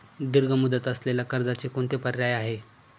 दीर्घ मुदत असलेल्या कर्जाचे कोणते पर्याय आहे?